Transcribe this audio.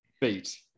Beat